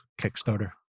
kickstarter